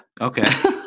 Okay